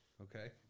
okay